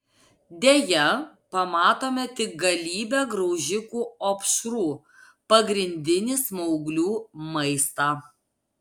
deja pamatome tik galybę graužikų opšrų pagrindinį smauglių maistą